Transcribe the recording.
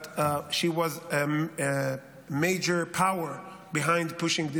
But she was a major power behind pushing this